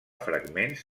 fragments